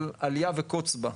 אבל עלייה וקוץ בה.